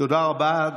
תודה רבה.